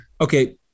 Okay